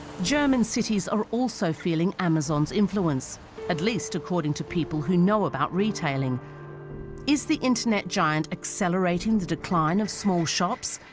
german cities are also feeling amazon's influence at least according to people who know about retailing is the internet giant accelerating the decline of small shops.